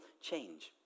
change